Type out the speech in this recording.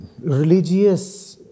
religious